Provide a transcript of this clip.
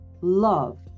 Love